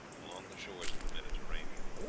along the shores of the mediterranean,